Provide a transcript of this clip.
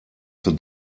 zur